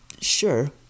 sure